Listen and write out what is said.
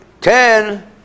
ten